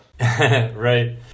Right